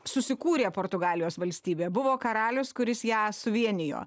susikūrė portugalijos valstybė buvo karalius kuris ją suvienijo